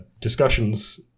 discussions